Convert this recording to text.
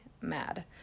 mad